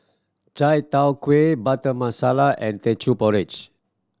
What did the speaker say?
chai tow kway Butter Masala and Teochew Porridge